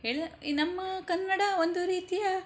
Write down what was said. ಹೇಳ್ದ ಈ ನಮ್ಮ ಕನ್ನಡ ಒಂದು ರೀತಿಯ